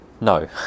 no